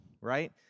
right